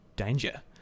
danger